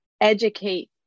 educate